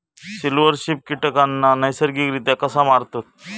Silverfish कीटकांना नैसर्गिकरित्या कसा मारतत?